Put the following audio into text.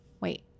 Wait